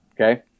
okay